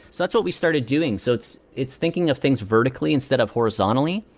that's what we started doing? so it's it's thinking of things vertically instead of horizontally.